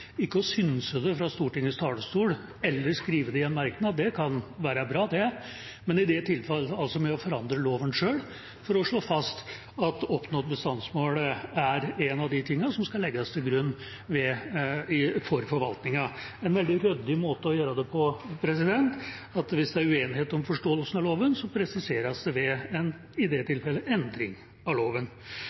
ikke å synse det fra Stortingets talerstol eller skrive det i en merknad, det kan være bra det, men i det tilfellet ved å forandre loven selv for å slå fast at oppnådd bestandsmål er en av de tingene som skal legges til grunn for forvaltningen. Det er en veldig ryddig måte å gjøre det på. Hvis det er uenighet om forståelsen av loven, presiseres det ved, i det tilfellet, en endring av loven.